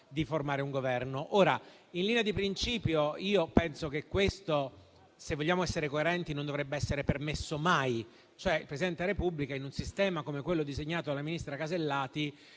di formare un Governo. Ora, in linea di principio io penso che questo, se vogliamo essere coerenti, non dovrebbe essere permesso mai. Il Presidente della Repubblica, in un sistema come quello disegnato dalla ministra Casellati,